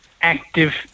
active